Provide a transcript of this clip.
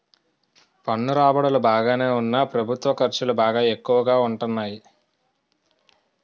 పన్ను రాబడులు బాగానే ఉన్నా ప్రభుత్వ ఖర్చులు బాగా ఎక్కువగా ఉంటాన్నాయి